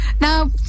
now